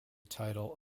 title